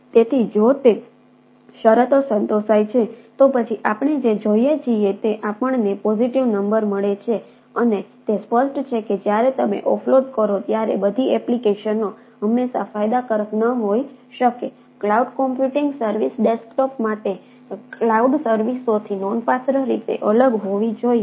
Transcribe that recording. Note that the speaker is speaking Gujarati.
તેથી જો તે શરતો સંતોષાય છે તો પછી આપણે જે જોઈએ છીએ તે આપણને પોજિટિવ નંબર મળે છે અને તે સ્પષ્ટ છે કે જ્યારે તમે ઓફલોડ કરો ત્યારે બધી એપ્લિકેશનો હંમેશાં ફાયદાકારક ન હોઈ શકે ક્લાઉડ કમ્પ્યુટિંગ સર્વિસ ડેસ્કટોપ માટે ક્લાઉડ સર્વિસોથી નોંધપાત્ર રીતે અલગ હોવી જોઈએ